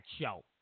show